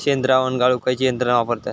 शेणद्रावण गाळूक खयची यंत्रणा वापरतत?